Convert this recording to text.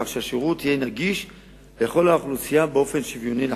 כך שהשירות יהיה נגיש לכל האוכלוסייה באופן שוויוני לחלוטין.